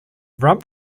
rump